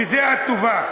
בזה את טובה.